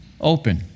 open